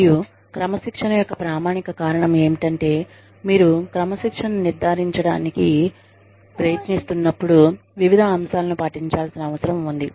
మరియు క్రమశిక్షణ యొక్క ప్రామాణిక కారణం ఏమిటంటే మీరు క్రమశిక్షణను నిర్ధారించడానికి ప్రయత్నిస్తున్నప్పుడు వివిధ అంశాలను పాటించాల్సిన అవసరం ఉంది